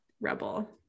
Rebel